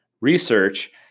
Research